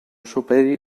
superi